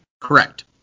Correct